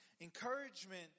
encouragement